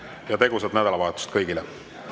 ja tegusat nädalavahetust kõigile!